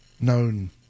Known